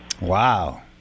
Wow